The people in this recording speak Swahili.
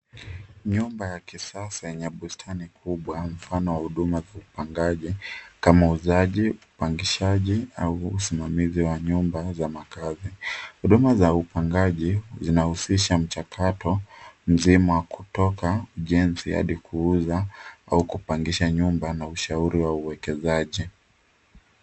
Nyumba ya kisasa yenye bustani kubwa mfano wa huduma wa upangaji kama uuzaji upangishaji au usimamizi wa nyumba za maakazi. Huduma za upangaji zinauzisha mchakato mzima kutoka jenzi hadi kuuzwa au kupangisha nyumba na ushauri wa uwekezaji.